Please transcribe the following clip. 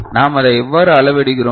நாம் அதை எவ்வாறு அளவிடுகிறோம்